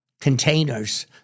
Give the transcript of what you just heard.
containers